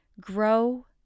Grow